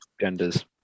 genders